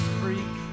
freak